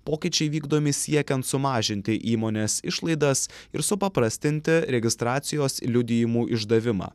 pokyčiai vykdomi siekiant sumažinti įmonės išlaidas ir supaprastinti registracijos liudijimų išdavimą